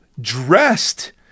dressed